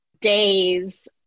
days